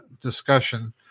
discussion